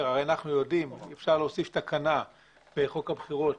אפשר להוסיף תקנה בחוק הבחירות,